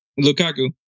Lukaku